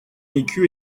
écu